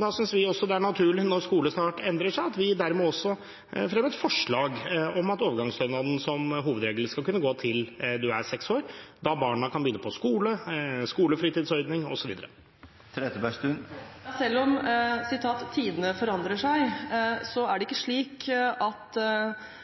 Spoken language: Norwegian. Da synes vi det er naturlig, når skolestart endrer seg, å fremme forslag om at overgangsstønaden som hovedregel skal kunne gå til barna er seks år, da de kan begynne på skole, skolefritidsordning osv. Selv om «tidene forandrer seg», blir det ikke billigere eller enklere å være aleneforsørger eller barn av aleneforsørger når man begynner på skolen. Jeg ønsker at